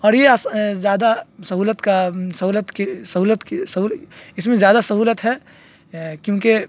اور یہ زیادہ سہولت کا سہولت کی سہولت کی اس میں زیادہ سہولت ہے کیونکہ